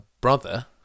brother